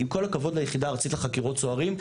עם כל הכבוד ליחידה הארצית לחקירות סוהרים,